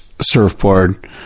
surfboard